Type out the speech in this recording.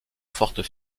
fortes